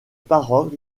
paroles